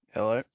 Hello